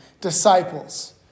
disciples